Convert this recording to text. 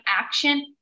action